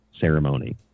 ceremony